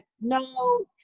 no